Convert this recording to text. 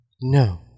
No